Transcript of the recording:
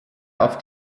auf